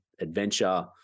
adventure